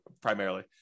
primarily